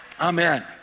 Amen